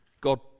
God